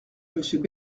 monsieur